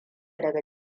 daga